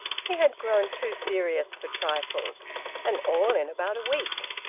he had grown too serious for trifles and all in about a week!